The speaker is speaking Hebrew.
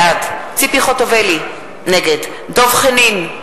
בעד ציפי חוטובלי, נגד דב חנין,